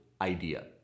idea